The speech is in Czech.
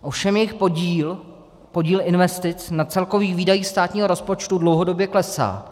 Ovšem jejich podíl, podíl investic na celkových výdajích státního rozpočtu, dlouhodobě klesá.